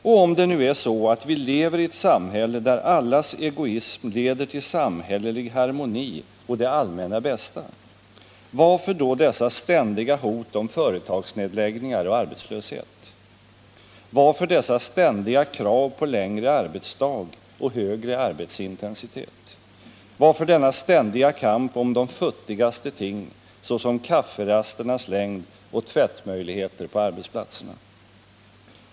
Och om det nu är så, att vi lever i ett samhälle där allas egoism leder till samhällelig harmoni och det allmännas bästa, varför då dessa ständiga hot om företagsnedläggningar och arbetslöshet? Varför dessa ständiga krav på längre arbetsdag och högre arbetsintensitet? Varför denna ständiga kamp om de futtigaste ting, såsom kafferasternas längd och tvättmöjligheter på arbetsplatserna?